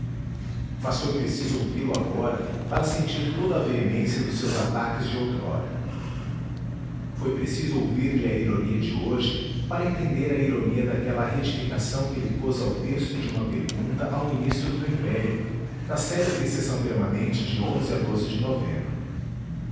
mas foi preciso ouvi-lo agora para sentir toda a veemência dos seus ataques de outrora foi preciso ouvir-lhe a ironia de hoje para entender a ironia daquela retificação que ele pôs ao texto de uma pergunta ao ministro do império na célebre sessão permanente de a de novembro